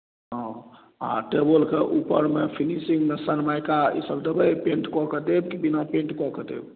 हँ आ टेबुलके ऊपरमे फिनिशिंगमे सनमाइका ईसभ देबै पेण्ट कऽ के देब कि बिना पेण्ट कऽ के देब